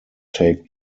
take